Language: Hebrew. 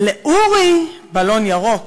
לאורי בלון ירוק